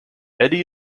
eddie